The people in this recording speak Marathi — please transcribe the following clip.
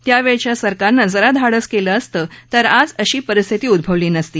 त्यावेळच्या सरकारनं जरा धाडस केलं असतं तर आज अशी परिस्थिती उद्भवली नसती